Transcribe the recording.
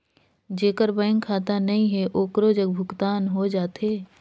जेकर बैंक खाता नहीं है ओकरो जग भुगतान हो जाथे?